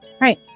Right